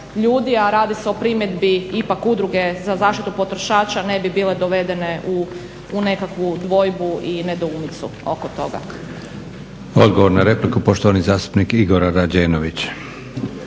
a radi se o primjedbi ipak Udruge za zaštitu potrošača ne bi bile dovedene u nekakvu dvojbu i nedoumicu oko toga.